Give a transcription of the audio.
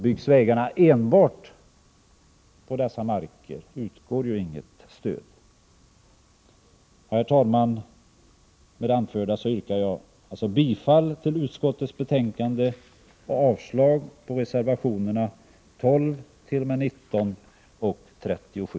Byggs vägarna enbart på dessa marker utgår inget stöd. Herr talman! Med det anförda yrkar jag bifall till utskottets hemställan och avslag på reservationerna 12-19 och 37.